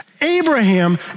Abraham